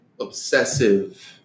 obsessive